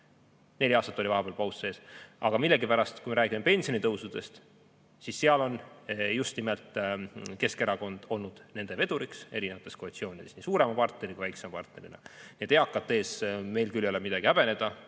neli aastat oli vahepeal paus sees. Aga millegipärast, kui me räägime pensionitõusudest, siis on just nimelt Keskerakond olnud nende veduriks erinevates koalitsioonides, nii suurema kui ka väiksema partnerina. Nii et eakate ees meil küll ei ole midagi häbeneda.